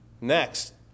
Next